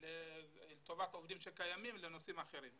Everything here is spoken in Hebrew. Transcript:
לטובת עובדים שקיימים לנושאים אחרים.